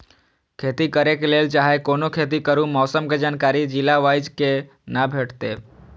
खेती करे के लेल चाहै कोनो खेती करू मौसम के जानकारी जिला वाईज के ना भेटेत?